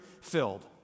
filled